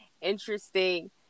interesting